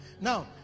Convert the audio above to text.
now